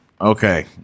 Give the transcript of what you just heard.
Okay